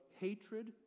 hatred